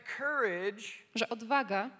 courage